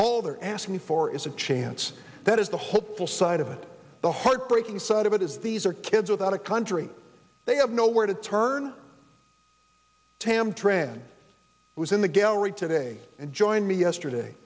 all they are asking for is a chance that is the hopeful side of it the heartbreaking side of it is these are kids without a country they have nowhere to turn tam tran was in the gallery today and joined me yesterday